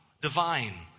divine